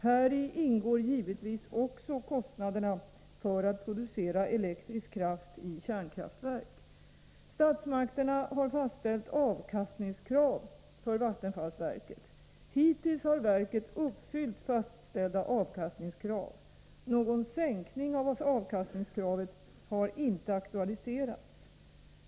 Häri ingår givetvis också kostnaderna för att producera elektrisk kraft i kärnkraftverk. Statsmakterna har fastställt avkastningskrav för vattenfallsverket. Hittills har verket uppfyllt fastställda avkastningskrav. Någon sänkning av avkastningskravet har inte aktualiserats.